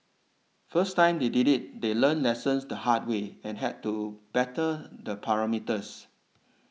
first time they did it they learnt lessons the hard way and had to better the parameters